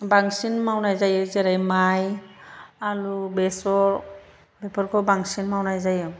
बांसिन मावनाय जायो जेरै माइ आलु बेसर बेफोरखौ बांसिन मावनाय जायो